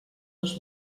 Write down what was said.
dos